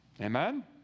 Amen